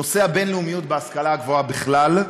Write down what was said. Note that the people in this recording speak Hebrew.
נושא הבין-לאומיות בהשכלה הגבוהה בכלל,